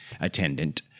attendant